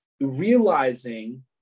realizing